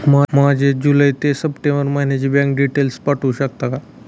माझे जुलै ते सप्टेंबर महिन्याचे बँक डिटेल्स पाठवू शकता का?